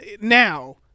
now